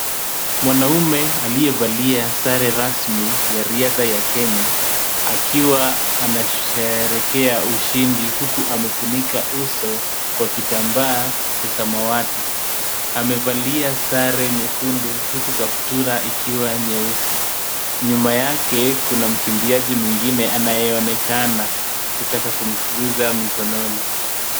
Mwanamume aliyevalia sare rasmi ya riadha ya Kenya akiwa anasheherekea ushindi huku amefunika uso kwa kitambaa cha samawati amevalia sare nyekundu huku kaptura ikiwa nyeusi. Nyuma yake kuna mkimbiaji mwingine anayeonekana kutaka kumguza mikononi.